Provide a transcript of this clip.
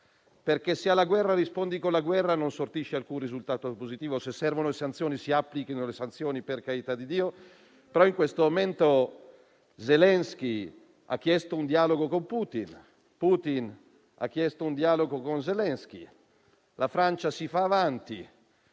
perché, se alla guerra si risponde con la guerra, non si sortisce alcun risultato positivo; se servono le sanzioni, le si applichino - per carità di Dio - ma in questo momento Zelensky ha chiesto un dialogo con Putin, Putin ha chiesto un dialogo con Zelensky; la Francia si fa avanti.